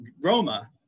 Roma